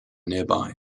nearby